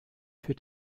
für